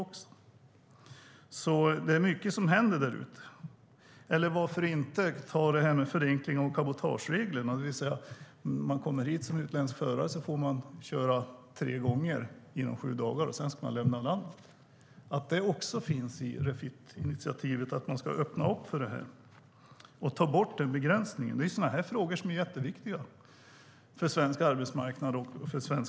Det är alltså mycket som händer där ute. Man kan ta det här med förenkling av cabotagereglerna. När man kommer hit som utländsk förare får man köra tre gånger inom sju dagar, och sedan ska man lämna landet. Inom Refit finns en avsikt att öppna för en ändring av detta och ta bort den begränsningen. Sådana här frågor är jätteviktiga för svensk arbetsmarknad och arbetsmiljö.